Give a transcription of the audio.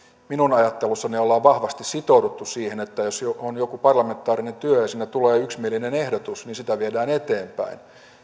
minun ajattelussani ollaan vahvasti sitouduttu siihen että jos on joku parlamentaarinen työ ja siinä tulee yksimielinen ehdotus niin sitä viedään eteenpäin